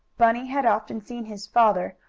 bunny had often seen his father,